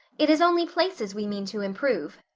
it is only places we mean to improve,